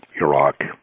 Iraq